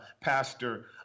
pastor